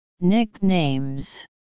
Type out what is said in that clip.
Nicknames